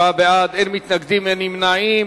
47 בעד, אין מתנגדים ואין נמנעים.